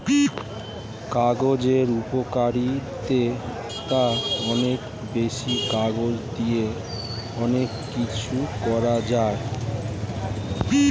কাগজের উপকারিতা অনেক বেশি, কাগজ দিয়ে অনেক কিছু করা যায়